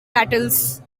battles